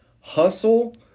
hustle